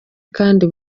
kandi